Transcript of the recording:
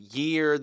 year